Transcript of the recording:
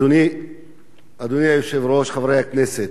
אדוני היושב-ראש, חברי הכנסת,